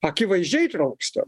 akivaizdžiai trūksta